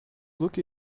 look